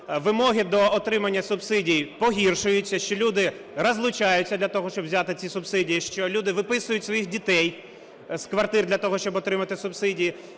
вимоги до отримання субсидій погіршуються, що люди розлучаються для того, щоб взяти ці субсидії, що люди виписують своїх дітей з квартир для того, щоб отримати субсидії.